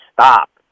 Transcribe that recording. stop